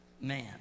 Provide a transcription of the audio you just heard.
man